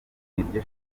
niryo